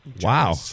Wow